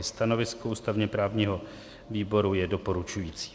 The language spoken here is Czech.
Stanovisko ústavněprávního výboru je doporučující.